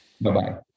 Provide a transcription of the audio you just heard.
Bye-bye